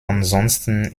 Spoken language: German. ansonsten